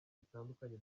bitandukanye